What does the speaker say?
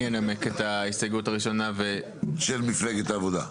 אני אנמק את ההסתייגות הראשונה של מפלגת העבודה.